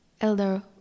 Elder